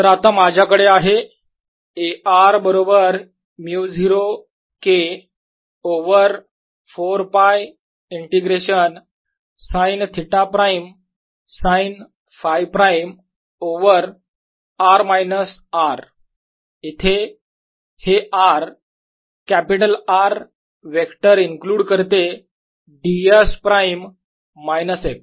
तर आता माझ्याकडे आहे A r बरोबर μ0 K over 4 π integration sine theta prime sine Φ prime over r minus R इथे हे r capital R vector include करते ds प्राईम मायनस x